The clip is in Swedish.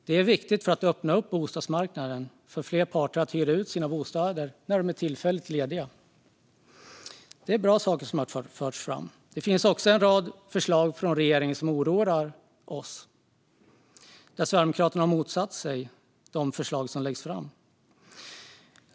Det är viktigt för att öppna upp bostadsmarknaden för fler parter att hyra ut sina tillfälligt lediga bostäder. Det är bra saker som har förts fram. Det finns också en rad förslag från regeringen som oroar oss och som Sverigedemokraterna har motsatt sig.